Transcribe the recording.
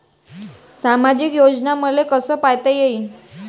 सामाजिक योजना मले कसा पायता येईन?